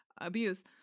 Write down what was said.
abuse